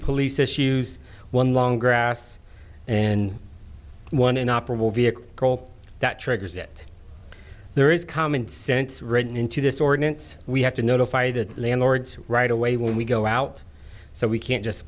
police issues one long grass and one an operable vehicle that triggers it there is common sense written into this ordinance we have to notify the landlords right away when we go out so we can't just